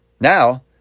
Now